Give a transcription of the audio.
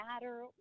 matter